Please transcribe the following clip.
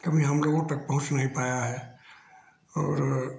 कभी हम लोगों तक पहुँच नहीं पाया है और